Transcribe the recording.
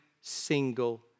single